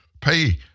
pay